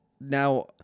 now